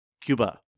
Cuba